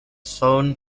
shown